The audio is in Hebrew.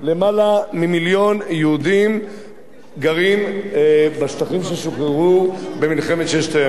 יותר ממיליון יהודים גרים בשטחים ששוחררו במלחמת ששת הימים,